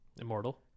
Immortal